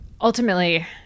ultimately